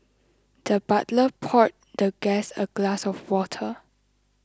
the butler poured the guest a glass of water